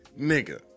nigga